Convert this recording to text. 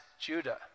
Judah